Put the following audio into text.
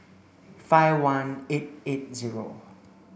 five one eight eight zero